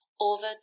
over